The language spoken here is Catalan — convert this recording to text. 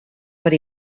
per